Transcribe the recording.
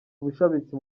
ubushabitsi